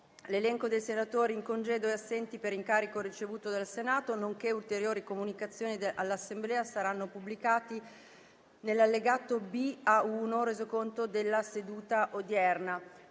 L'elenco dei senatori in congedo e assenti per incarico ricevuto dal Senato, nonché ulteriori comunicazioni all'Assemblea saranno pubblicati nell'allegato B al Resoconto della seduta odierna.